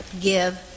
give